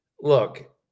Look